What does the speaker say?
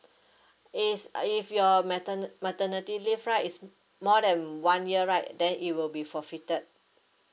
is if your maternal~ maternity leave right is more than one year right then it will be forfeited